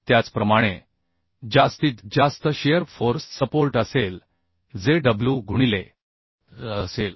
त्याचप्रमाणे जास्तीत जास्त शिअर फोर्स सपोर्ट असेल जे w गुणिले L असेल